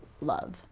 love